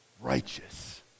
righteous